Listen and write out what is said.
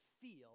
feel